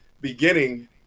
beginning